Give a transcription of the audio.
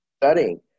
studying